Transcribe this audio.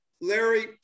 Larry